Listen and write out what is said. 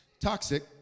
Toxic